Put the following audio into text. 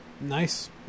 Nice